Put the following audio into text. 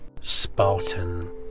spartan